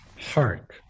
heart